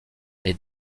les